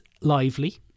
lively